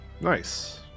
Nice